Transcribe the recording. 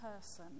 person